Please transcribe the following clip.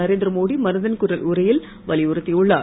நரேந்திரமோடி மனதின் குரல் உரையில் வலியுறுத்தியுள்ளார்